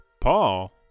Paul